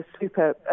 super